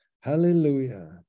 Hallelujah